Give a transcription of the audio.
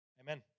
Amen